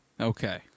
Okay